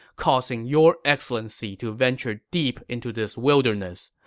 causing your excellency to venture deep into this wilderness.